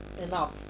enough